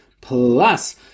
plus